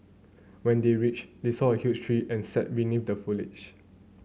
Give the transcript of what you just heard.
when they reached they saw a huge tree and sat beneath the foliage